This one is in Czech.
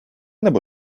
nebo